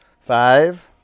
Five